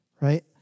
right